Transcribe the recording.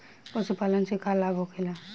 पशुपालन से का लाभ होखेला?